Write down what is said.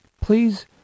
please